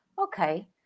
Okay